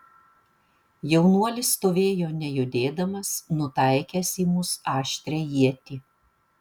jaunuolis stovėjo nejudėdamas nutaikęs į mus aštrią ietį